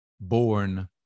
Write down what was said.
born